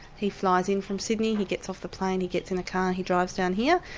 he flies in from sydney, he gets off the plane, he gets in a car, he drives down here,